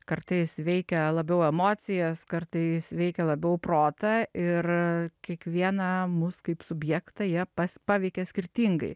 kartais veikia labiau emocijas kartais veikia labiau protą ir kiekvieną mus kaip subjektą jie pas paveikia skirtingai